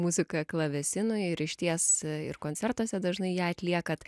muziką klavesinui ir išties ir koncertuose dažnai ją atliekat